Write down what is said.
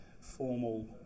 formal